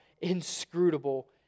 inscrutable